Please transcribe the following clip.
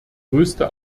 größte